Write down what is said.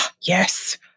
Yes